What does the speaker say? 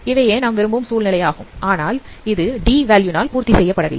இவையே நாம் விரும்பும் சூழ்நிலையாகும் ஆனால் இது D வேல்யூ வினால் பூர்த்தி செய்யப்படவில்லை